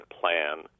plan